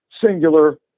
singular